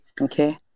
Okay